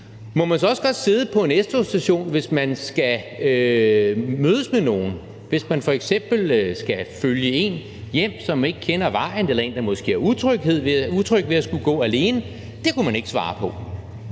Må man så også godt sidde på en S-togsstation, hvis man skal mødes med nogen, hvis man f.eks. skal følge en hjem, som ikke kender vejen, eller en, der måske er utryg ved at skulle gå alene? Det kunne man ikke svare på.